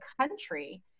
country